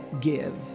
give